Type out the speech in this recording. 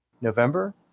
November